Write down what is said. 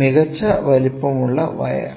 മികച്ച വലുപ്പമുള്ള വയർ